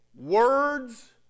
Words